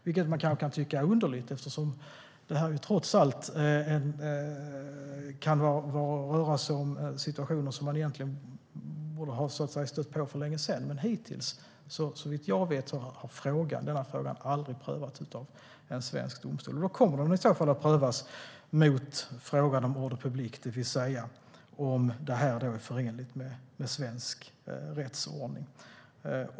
Det kan man kanske tycka är underligt, eftersom det trots allt kan röra sig om situationer som man egentligen borde ha stött på för länge sedan. Men hittills har, såvitt jag vet, denna fråga aldrig prövats av en svensk domstol. I så fall kommer den att prövas mot frågan om ordre public, det vill säga om detta är förenligt med svensk rättsordning.